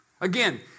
Again